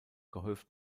gehäuft